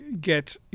get